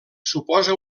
suposa